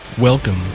Welcome